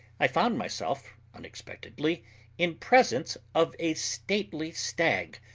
i found myself unexpectedly in presence of a stately stag,